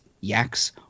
yaks